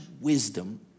wisdom